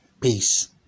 Peace